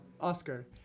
Oscar